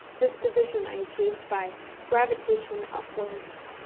this position i achieved by gravitation upwards.